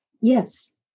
Yes